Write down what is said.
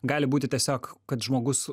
gali būti tiesiog kad žmogus